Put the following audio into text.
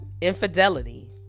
Infidelity